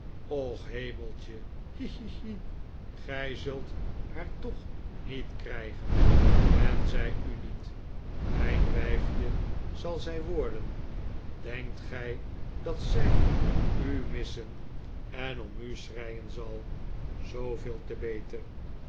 hi gij zult haar toch niet krijgen en zij u niet mijn wijfje zal zij worden denkt gij dat zij u missen en om u schreien zal zooveel te beter